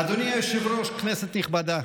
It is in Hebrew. אדוני היושב-ראש, כנסת נכבדה,